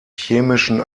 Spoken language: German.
chemischen